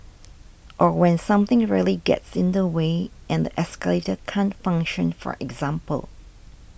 or when something really gets in the way and the escalator can't function for example